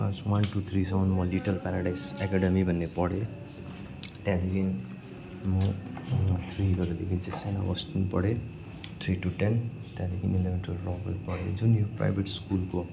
class one two थ्रीसम्म म little paradise academy भन्ने पढेँ त्यहाँदेखि म थ्रीहरूदेखि चाहिँ सेन्ट अगस्टिन पढेँ थ्री टु टेन त्यहाँदेखि इलेभेन टुवेल्भ रकभेल पढेँ जुन यो प्राइभेट स्कुलको